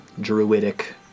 druidic